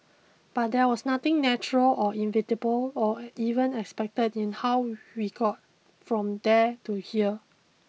but there was nothing natural or inevitable or even expected in how we got from there to here